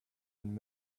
and